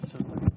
עשר דקות.